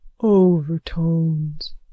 Overtones